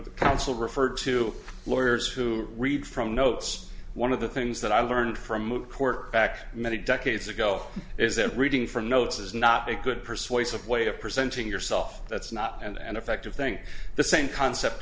the counsel referred to lawyers who read from notes one of the things that i learned from move court back many decades ago is that reading from notes is not a good persuasive way of presenting yourself that's not and an effective thing the same concept